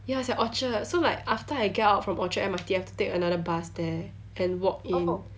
ya it's at orchard so like after I get out from orchard M_R_T I have to take another bus there and walk in